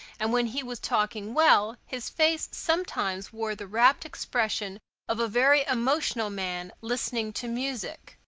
and when he was talking well, his face sometimes wore the rapt expression of a very emotional man listening to music.